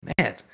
Man